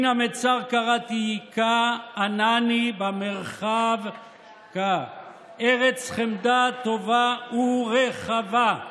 המצר קראתי יה ענני במרחב יה"; "ארץ חמדה טובה ורחבה".